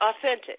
authentic